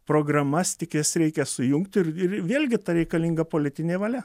programas tik jas reikia sujungti ir ir vėlgi reikalinga politinė valia